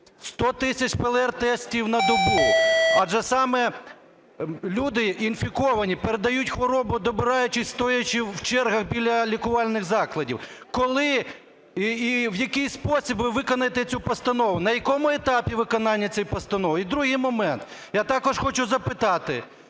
100 тисяч ПЛР-тестів на добу. Адже саме люди інфіковані передають хворобу, добираючись, стоячи в чергах біля лікувальних закладів. Коли і в який спосіб ви виконаєте цю постанову? На якому етапі виконання цієї постанови? І другий момент. Я також хочу запитати.